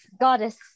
Goddess